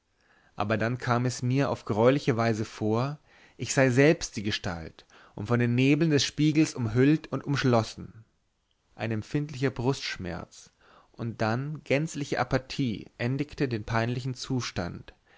aber dann kam es mir auf greuliche weise vor ich sei selbst die gestalt und von den nebeln des spiegels umhüllt und umschlossen ein empfindlicher brustschmerz und dann gänzliche apathie endigte den peinlichen zustand